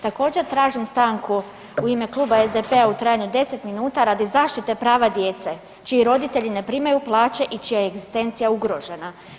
Također tražim stanku u ime Kluba SDP-a u trajanju od 10 minuta radi zaštite prava djece čiji roditelji ne primaju plaće i čija je egzistencija ugrožena.